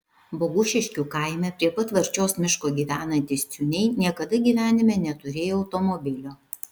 bogušiškių kaime prie pat varčios miško gyvenantys ciūniai niekada gyvenime neturėjo automobilio